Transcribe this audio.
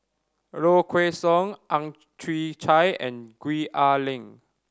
Low Kway Song Ang Chwee Chai and Gwee Ah Leng